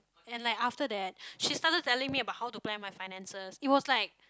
and like after that she started telling me about how to plan my finances it was like